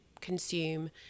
consume